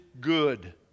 good